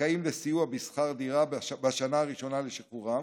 הזכאים לסיוע בשכר דירה בשנה הראשונה לשחרורם,